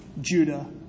Judah